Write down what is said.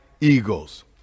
eagles